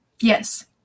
Yes